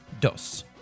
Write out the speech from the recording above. Dos